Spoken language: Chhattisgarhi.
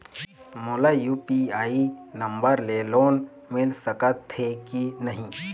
मोला यू.पी.आई नंबर ले लोन मिल सकथे कि नहीं?